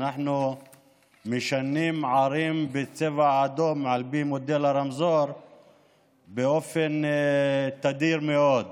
אנחנו משנים ערים לצבע אדום על פי מודל הרמזור באופן תדיר מאוד,